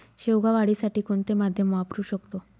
शेवगा वाढीसाठी कोणते माध्यम वापरु शकतो?